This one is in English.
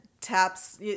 taps